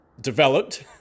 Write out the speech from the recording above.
developed